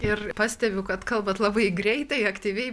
ir pastebiu kad kalbat labai greitai aktyviai